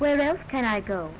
where else can i go